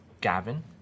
Gavin